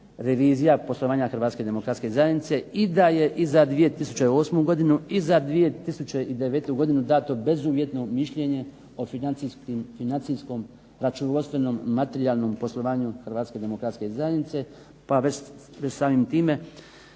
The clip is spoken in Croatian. revizija poslovanja Hrvatske demokratske zajednice i da je i za 2008. godinu i za 2009. godinu dato bezuvjetno mišljenje o financijskom računovodstvenom, materijalnom poslovanju Hrvatske demokratske zajednice, pa već samim time